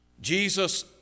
Jesus